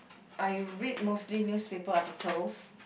I read mostly newspaper articles